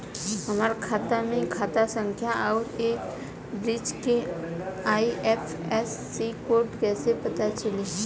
हमार खाता के खाता संख्या आउर ए ब्रांच के आई.एफ.एस.सी कोड कैसे पता चली?